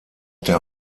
der